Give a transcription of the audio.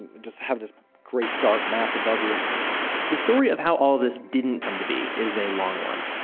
just have this great dark mass above you the story of how all this didn't come to be is a long one.